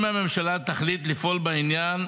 אם הממשלה תחליט לפעול בעניין,